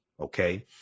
Okay